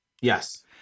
Yes